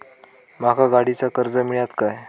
माका गाडीचा कर्ज मिळात काय?